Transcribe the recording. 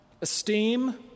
esteem